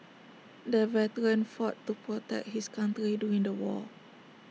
the veteran fought to protect his country during the war